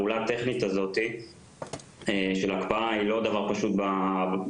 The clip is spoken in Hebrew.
הפעולה הטכנית הזאת של הקפאה היא לא דבר פשוט במערכות,